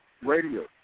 Radio